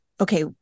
Okay